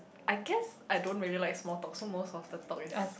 I guess I don't really like small talk so most of the talk is